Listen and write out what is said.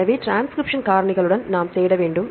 எனவே டிரான்ஸ்கிரிப்ஷன் காரணிகளுடன் நாம் தேட வேண்டும்